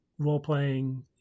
Role-playing